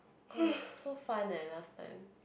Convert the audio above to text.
!wah! is so fun eh last time